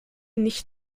nicht